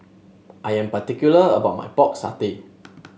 I am particular about my Pork Satay